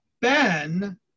Ben